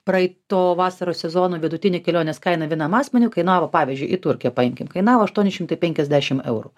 praeito vasaros sezono vidutinė kelionės kaina vienam asmeniui kainavo pavyzdžiui į turkiją paimkim kainavo aštuoni šimtai penkiasdešim eurų